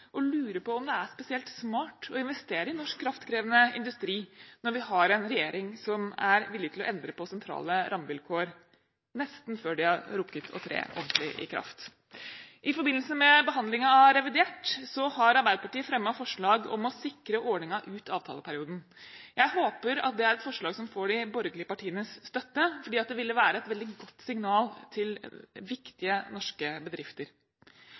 og lurer på om det er spesielt smart å investere i norsk kraftkrevende industri, når vi har en regjering som er villig til å endre på sentrale rammevilkår nesten før de har rukket å tre ordentlig i kraft. I forbindelse med behandlingen av revidert har Arbeiderpartiet fremmet forslag om å sikre ordningen ut avtaleperioden. Jeg håper at det er et forslag som får de borgerlige partienes støtte, for det ville være et veldig godt signal til viktige norske bedrifter.